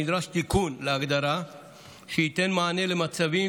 נדרש תיקון להגדרה שייתן מענה למצבים